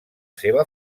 seva